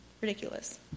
ridiculous